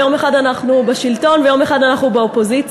יום אחד אנחנו בשלטון ויום אחד אנחנו באופוזיציה,